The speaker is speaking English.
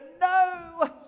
no